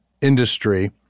industry